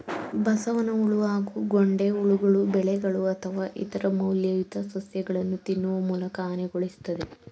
ಬಸವನಹುಳು ಹಾಗೂ ಗೊಂಡೆಹುಳುಗಳು ಬೆಳೆಗಳು ಅಥವಾ ಇತರ ಮೌಲ್ಯಯುತ ಸಸ್ಯಗಳನ್ನು ತಿನ್ನುವ ಮೂಲಕ ಹಾನಿಗೊಳಿಸ್ತದೆ